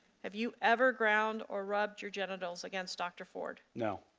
have you ever ground or run your genitals against dr. ford? no.